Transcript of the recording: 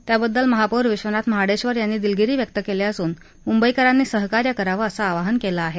त्याबद्दल महापौर विश्वनाथ महाडेश्वर यांनी दिलगिरी व्यक्त केली असून मुंबईकरांनी सहकार्य करावं असं आवाहन केलं आहे